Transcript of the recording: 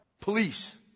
Police